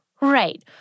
Right